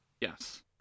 Yes